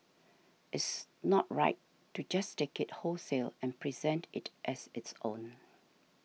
it's not right to just take it wholesale and present it as its own